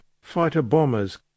fighter-bombers